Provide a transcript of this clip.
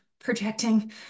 projecting